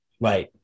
Right